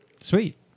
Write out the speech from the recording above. sweet